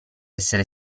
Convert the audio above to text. essere